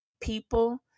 People